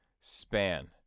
span